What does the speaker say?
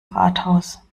rathaus